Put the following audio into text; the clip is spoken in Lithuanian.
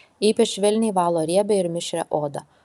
ypač švelniai valo riebią ir mišrią odą